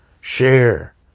Share